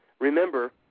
Remember